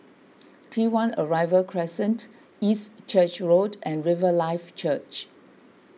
T one Arrival Crescent East Church Road and Riverlife Church